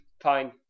fine